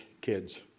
kids